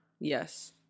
Yes